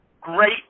great